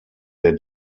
der